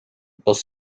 bus